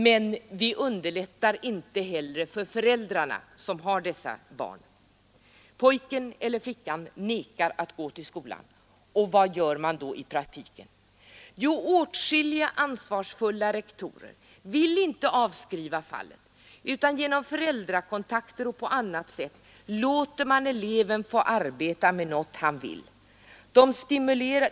Men vi underlättar inte heller för föräldrarna till dessa barn, Pojken eller flickan vägrar att gå till skolan — vad gör man då i praktiken? Åtskilliga ansvarsfulla rektorer vill inte avskriva fallet, utan genom föräldrakontakt och på annat sätt låter man eleven få arbeta med något han vill.